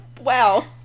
Wow